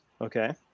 Okay